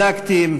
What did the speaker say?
בדקתי,